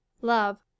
Love